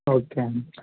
okay అండి